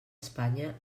espanya